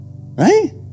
Right